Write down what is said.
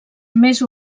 més